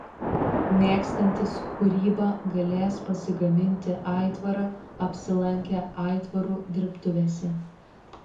mėgstantys kūrybą galės pasigaminti aitvarą apsilankę aitvarų dirbtuvėse